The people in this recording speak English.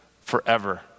Forever